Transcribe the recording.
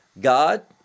god